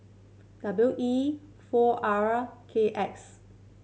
W E four R K X